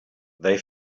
they